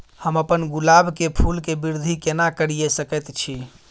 हम अपन गुलाब के फूल के वृद्धि केना करिये सकेत छी?